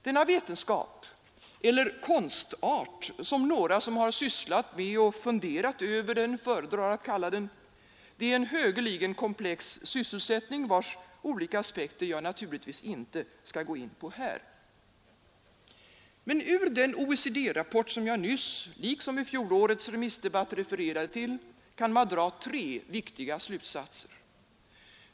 Denna vetenskap, eller konstart som några som har sysslat med att fundera över den föredrar att kalla den, är en högeligen komplex sysselsättning, vars olika aspekter jag naturligtvis inte skall gå in på här. Men ur den OECD-rapport som jag nyss, liksom i fjolårets remissdebatt, refererade till, kan man dra tre viktiga slutsatser.